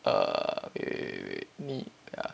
err wait wait wait wait 你 ya